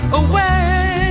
away